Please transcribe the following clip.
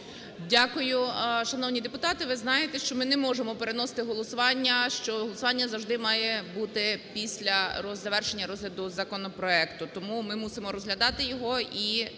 Дякую. Шановні депутати! Ви знаєте, що ми не можемо переносити голосування, що голосування завжди має бути після завершення розгляду законопроекту. Тому ми мусимо розглядати його і